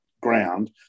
ground